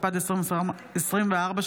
התשפ"ד2024 ,